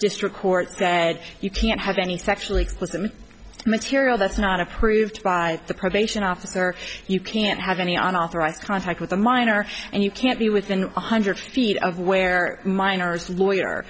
district court said you can't have any sexually explicit material that's not approved by the probation officer you can't have any on authorized contact with a minor and you can't be within one hundred feet of where minors lawyer